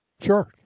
Sure